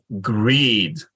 greed